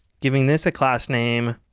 giving this a class name